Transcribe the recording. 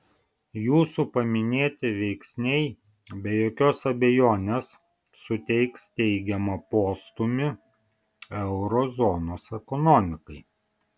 jūsų paminėti veiksniai be jokios abejonės suteiks teigiamą postūmį euro zonos ekonomikai